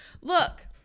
Look